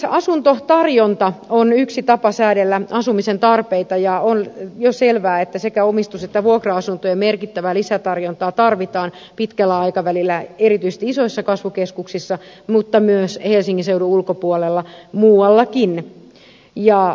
asuntotarjonta on yksi tapa säädellä asumisen tarpeita ja on jo selvää että sekä omistus että vuokra asuntojen merkittävää lisätarjontaa tarvitaan pitkällä aikavälillä erityisesti isoissa kasvukeskuksissa mutta myös helsingin seudun ulkopuolella muuallakin